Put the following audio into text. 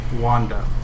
Wanda